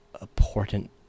important